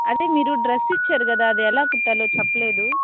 అదే మీరు డ్రస్ ఇచ్చారు కదా అది ఎలా కుట్టాలో చెప్పలేదు